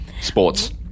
Sports